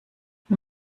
wir